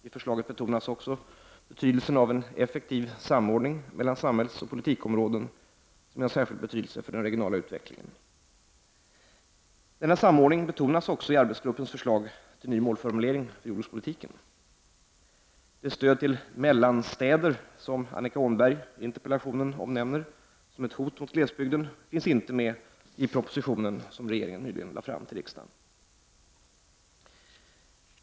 I förslaget betonas också betydelsen av en effektiv samordning mellan samhällsoch politikområden som är av särskild betydelse för den regionala utvecklingen. Denna samordning betonas också i arbetsgruppens förslag till ny målformulering för jordbrukspolitiken. Det stöd till mellanstäder som Annika Åhnberg i interpellationen omnämner som ett hot mot glesbygden, finns inte med i propositionen som regeringen nyligen lade fram för riksdagen.